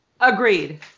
Agreed